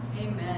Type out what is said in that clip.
Amen